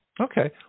Okay